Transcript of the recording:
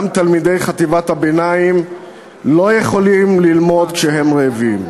גם תלמידי חטיבת הביניים לא יכולים ללמוד כשהם רעבים.